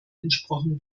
entsprochen